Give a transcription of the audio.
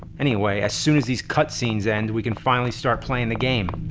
anyway, as soon as these cutscenes end, we can finally start playing the game.